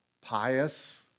pious